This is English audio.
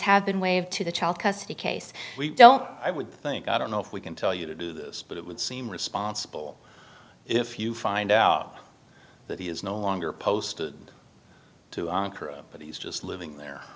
have been waived to the child custody case we don't i would think i don't know if we can tell you to do this but it would seem responsible if you find out that he is no longer post to but he's just living there